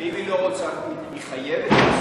אבל אם היא לא רוצה, היא חייבת לעשות קיצוץ?